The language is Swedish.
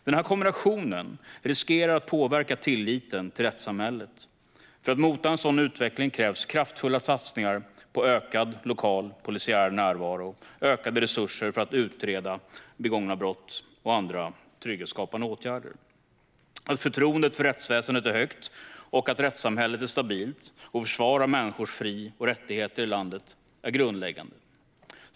Denna kombination riskerar att påverka tilliten till rättssamhället. För att mota en sådan utveckling krävs kraftfulla satsningar på ökad lokal polisiär närvaro, ökade resurser för att utreda begångna brott och andra trygghetsskapande åtgärder. Att förtroendet för rättsväsendet är högt och att rättssamhället är stabilt och försvarar människors fri och rättigheter i landet är grundläggande.